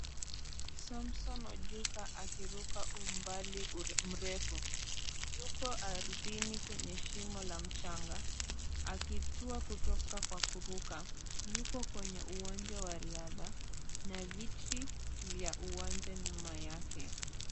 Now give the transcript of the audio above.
Samson Ojuka akiruka umbali mrefu. Yuko ardhini kwenye shimo la mchanga akitua kutoka kwa kuruka. Yuko kwenye uwanja wa riadha na viti vya uwanja nyuma yake.